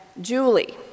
Julie